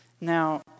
Now